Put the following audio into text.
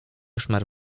szmer